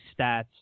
stats